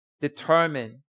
determine